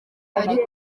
ariko